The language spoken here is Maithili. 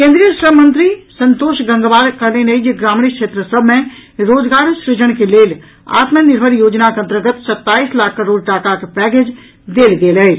केन्द्रीय श्रम मंत्री संतोष गंगवार कहलनि अछि जे ग्रामीण क्षेत्र सभ मे रोजगार सृजन के लेल आत्मनिर्भर योजनाक अंतर्गत सत्ताईस लाख करोड़ टाकाक पैकेज देल गेल अछि